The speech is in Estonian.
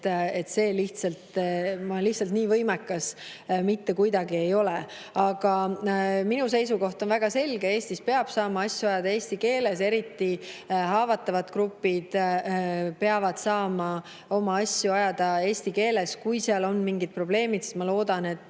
eest. Lihtsalt nii võimekas ma mitte kuidagi ei ole. Aga minu seisukoht on väga selge: Eestis peab saama asju ajada eesti keeles, eriti peavad haavatavad grupid saama oma asju ajada eesti keeles. Kui seal on mingid probleemid, siis ma loodan, et